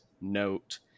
note